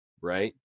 right